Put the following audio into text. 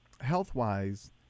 health-wise